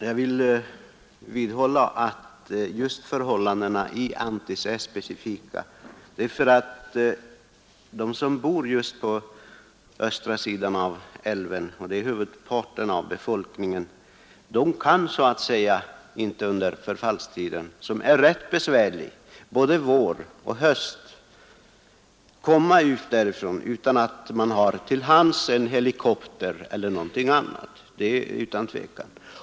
Herr talman! Jag vidhåller att förhållandena just i Anttis är specifika. De som bor på östra sidan av älven — huvudparten av befolkningen — kan under förfallstiden, som är rätt besvärlig både vår och höst, inte komma ut därifrån om man inte har en helikopter till hands.